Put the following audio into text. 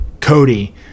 Cody